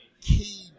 key